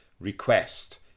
request